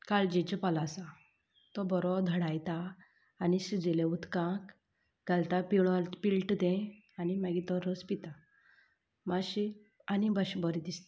काळजेचे फळ आसा तो बरो धडायता आनी शिजिल्ल्या उदकांत घालता पिळून पिळटा तें आनी मागीर तो रोस पितात मातशें आनी मातशें बरें दिसता